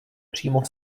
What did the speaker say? přímo